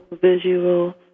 visual